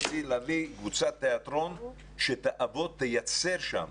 רציתי להביא קבוצת תיאטרון שתייצר שם